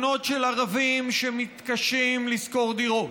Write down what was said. אנחנו שומעים על תלונות של ערבים שמתקשים לשכור דירות,